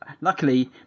luckily